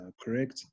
correct